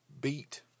Beat